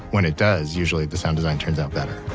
when it does, usually the sound design turns out better